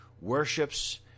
worships